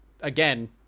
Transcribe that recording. again